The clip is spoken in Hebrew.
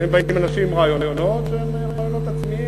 לפעמים באים אנשים עם רעיונות שהם רעיונות עצמיים,